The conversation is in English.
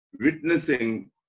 witnessing